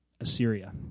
Assyria